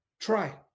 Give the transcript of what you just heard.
try